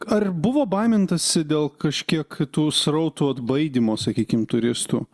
ar buvo baimintasi dėl kažkiek tų srautų atbaidymo sakykim turistų